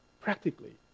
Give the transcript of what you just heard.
practically